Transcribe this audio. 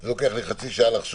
זו דרך שמקטינה את הסיכון הבריאותי,